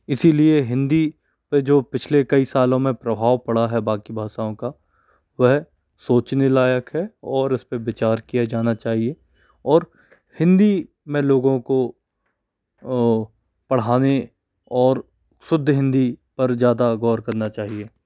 इसीलिए हिंदी में जो पिछले कई सालों में प्रभाव पड़ा है बाकी भाषाओं का वह सोचने लायक है और उस पे विचार किया जाना चाहिए और हिंदी में लोगों को पढ़ाने और शुद्ध हिंदी और ज़्यादा गौर करना चाहिए